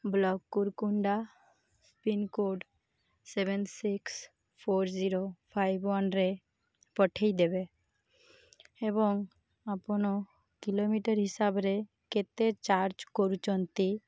block Kurkunda pin code seven six four zero five ୱାନ୍ରେ ପଠାଇଦେବେ ଏବଂ ଆପଣ କିଲୋମିଟର ହିସାବରେ କେତେ ଚାର୍ଜ କରୁଛନ୍ତି